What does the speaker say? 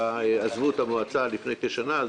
בבקשה.